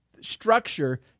structure